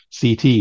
CT